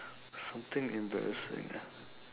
something embarrassing ah